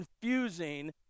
confusing